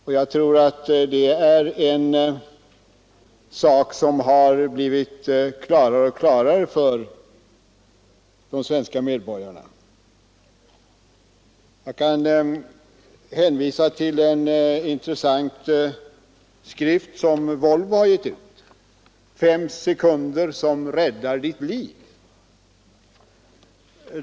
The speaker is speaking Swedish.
Att man måste göra detta är också något som har blivit klarare och klarare för de svenska medborgarna. Jag kan hänvisa till en intressant skrift som Volvo har gett ut — Fem sekunder som räddar ditt liv.